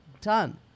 done